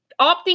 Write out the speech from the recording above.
opting